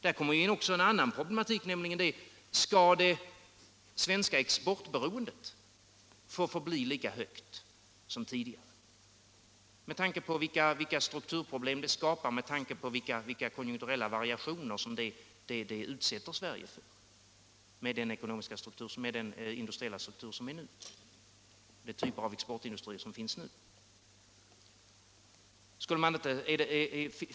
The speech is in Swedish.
Där kommer också en annan problematik in, nämligen: Skall det svenska exportberoendet få förbli lika högt som tidigare — med tanke på vilka strukturproblem det skapar, med tanke på vilka konjunkturella variationer som det utsätter Sverige för med den industriella struktur som råder nu och de typer av exportindustrier som finns nu?